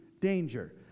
danger